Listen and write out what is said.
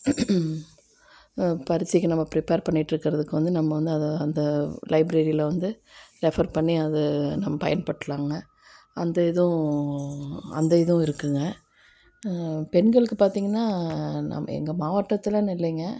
பரிட்சைக்கி நம்ம ப்ரிப்பெர் பண்ணிகிட்ருக்குறதுக்கு வந்து நம்ம வந்து அதை அந்த லைப்ரேரியில் வந்து ரெஃபர் பண்ணி அது நம்ம பயன்படலாங்க அந்த இதுவும் அந்த இதுவும் இருக்குதுங்க பெண்களுக்கு பார்த்தீங்கன்னா நம்ம எங்கள் மாவட்டத்துலேன்னு இல்லைங்க